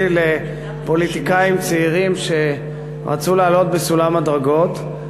לפוליטיקאים צעירים שרצו לעלות בסולם הדרגות,